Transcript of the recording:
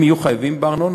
הם יהיו חייבים בארנונה.